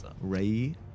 Ray